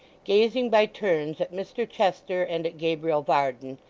gazing by turns at mr chester and at gabriel varden,